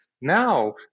Now